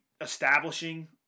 establishing